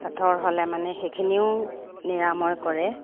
পাথৰ হ'লে মানে সেইখিনিও নিৰাময় কৰে